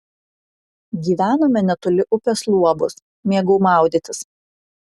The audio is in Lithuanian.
gyvenome netoli upės luobos mėgau maudytis